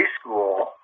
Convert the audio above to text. school